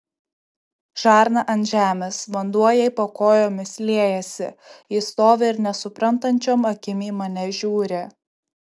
žarna ant žemės vanduo jai po kojomis liejasi ji stovi ir nesuprantančiom akim į mane žiūri